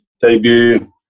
debut